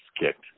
kicked